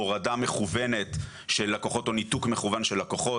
הורדה מכוונת של לקוחות או ניתוק מכוון של לקוחות.